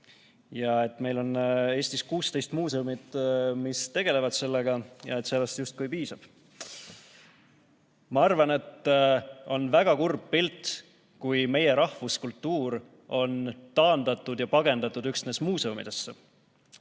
Meil on Eestis 16 muuseumi, mis tegelevad sellega, ja sellest justkui piisab. Ma arvan, et on väga kurb pilt, kui meie rahvuskultuur on taandatud ja pagendatud üksnes muuseumidesse.